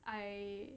I